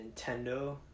Nintendo